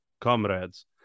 comrades